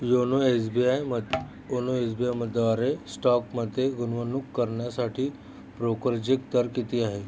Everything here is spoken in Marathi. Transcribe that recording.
योनो एस बी आयम ओनो एस बी आय म द्वारे स्टॉकमध्ये गुंतवणूक करण्यासाठी ब्रोकरेजेक दर किती आहे